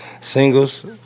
Singles